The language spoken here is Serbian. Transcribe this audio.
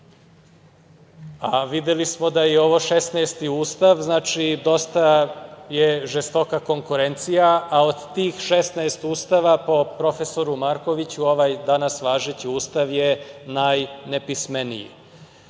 A videli smo da je ovo 16. Ustav. Znači, dosta je žestoka konkurencija, a od tih 16 Ustava, po profesoru Markoviću, ovaj danas važeći Ustav je najnepismeniji. Ovaj